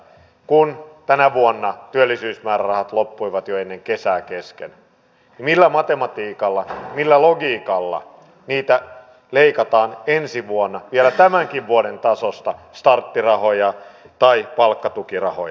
kun tänä vuonna työllisyysmäärärahat loppuivat jo ennen kesää kesken millä matematiikalla millä logiikalla niitä leikataan ensi vuonna vielä tämänkin vuoden tasosta starttirahoja tai palkkatukirahoja